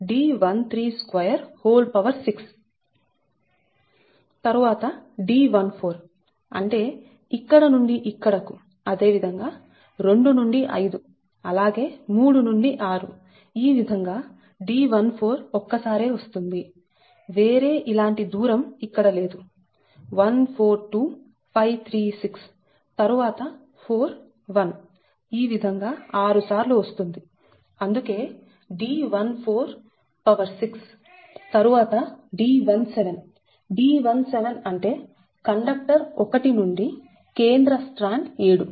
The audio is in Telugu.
తరువాత D14 అంటే ఇక్కడ నుండి ఇక్కడకుఅదే విధంగా 2 నుండి 5 అలాగే 3 నుండి 6 ఈ విధంగా D14 ఒక్కసారే వస్తుంది వేరే ఇలాంటి దూరం ఇక్కడ లేదు 1 4 2 5 3 6 తరువాత 4 1 ఈ విధంగా 6 సార్లు వస్తుంది అందుకే D146 తరువాత D17 D17 అంటే కండక్టర్ 1 నుండి కేంద్ర స్ట్రాండ్ 7